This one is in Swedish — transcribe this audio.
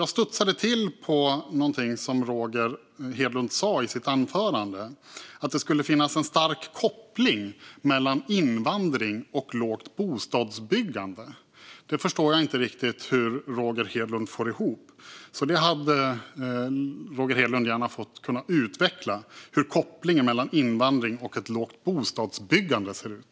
Jag studsade till på något som Roger Hedlund sa, nämligen att det skulle finnas en stark koppling mellan invandring och lågt bostadsbyggande. Jag förstår inte riktigt hur Roger Hedlund får ihop det. Roger Hedlund får gärna utveckla hur kopplingen mellan invandring och ett lågt bostadsbyggande ser ut.